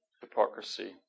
hypocrisy